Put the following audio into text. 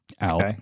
out